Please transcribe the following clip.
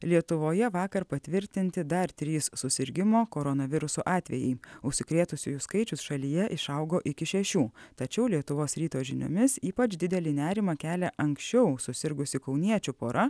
lietuvoje vakar patvirtinti dar trys susirgimo koronavirusu atvejai užsikrėtusiųjų skaičius šalyje išaugo iki šešių tačiau lietuvos ryto žiniomis ypač didelį nerimą kelia anksčiau susirgusi kauniečių pora